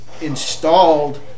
installed